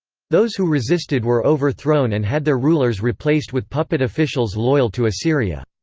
those who resisted were overthrown and had their rulers replaced with puppet officials loyal to assyria.